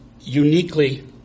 uniquely